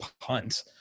punt